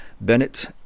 Bennett